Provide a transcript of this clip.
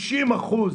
מקצועית.